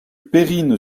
perrine